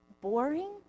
Boring